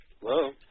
Hello